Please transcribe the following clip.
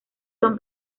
son